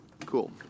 Cool